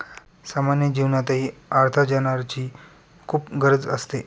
सामान्य जीवनातही अर्थार्जनाची खूप गरज असते